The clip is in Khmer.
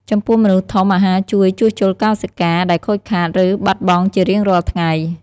ចំពោះមនុស្សធំ អាហារជួយ ជួសជុលកោសិកា ដែលខូចខាត ឬបាត់បង់ជារៀងរាល់ថ្ងៃ។